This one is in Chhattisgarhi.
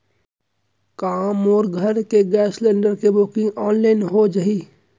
का मोर घर के गैस सिलेंडर के बुकिंग ऑनलाइन हो जाही?